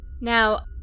Now